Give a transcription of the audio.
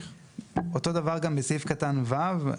אותו דבר גם בסעיף קטן (ו).